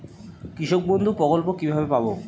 কৃষকবন্ধু প্রকল্প কিভাবে পাব?